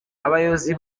abayobozi